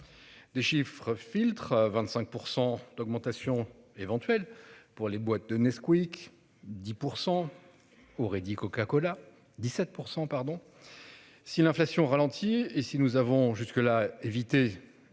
Des chiffres filtre 25% d'augmentation éventuelle pour les boîtes de Nesquik 10% aurait dit Coca-Cola 17% pardon. Si l'inflation ralentit et si nous avons jusque-là évité